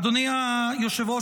אדוני היושב-ראש,